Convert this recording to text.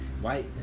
white